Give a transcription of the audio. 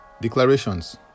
Declarations